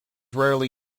rarely